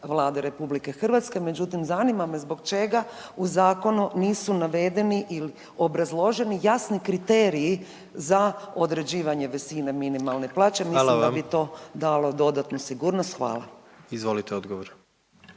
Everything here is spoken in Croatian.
Vlade RH, međutim zanima me zbog čega u zakonu nisu navedeni i obrazloženi jasni kriteriji za određivanje visine minimalne plaće, mislim da bi to dalo dodatnu sigurnost. Hvala. **Jandroković,